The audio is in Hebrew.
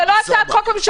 זו לא הצעת חוק ממשלתית?